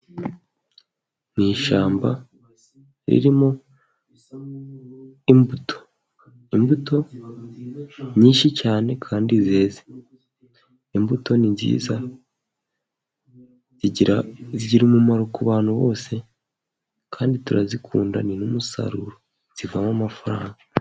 Mu ishyamba ririmo imbuto. Imbuto nyinshi cyane kandi zeze. Imbuto ni nziza, zigira umumaro ku bantu bose, kandi turazikunda ni n'umusaruro, zivamo amafaranga.